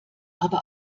aber